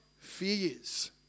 fears